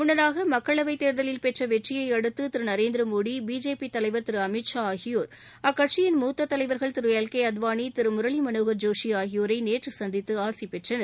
முன்னதாக மக்களவைத் தேர்தலில் பெற்ற வெற்றியை அடுத்து திரு நரேந்திரமோடி பிஜேபி தலைவர் திரு அமித்ஷா ஆகியோர் அக்கட்சியின் மூத்த தலைவர்கள் திரு எல் கே அத்வாளி திரு முரளி மனோகர் ஜோஷி ஆகியோரை நேற்று சந்தித்து ஆசி பெற்றனர்